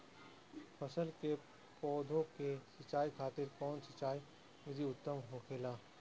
फल के पौधो के सिंचाई खातिर कउन सिंचाई विधि उत्तम होखेला?